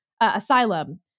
asylum